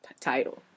title